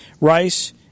rice